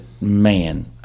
man